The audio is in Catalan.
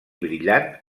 brillant